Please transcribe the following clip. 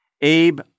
Abe